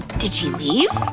did she leave?